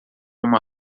uma